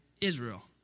Israel